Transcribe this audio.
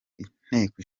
inteko